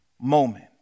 moment